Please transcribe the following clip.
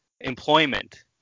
employment